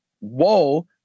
whoa